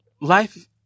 life